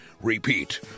Repeat